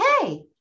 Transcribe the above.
hey